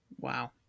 Wow